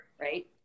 right